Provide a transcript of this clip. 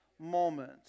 moment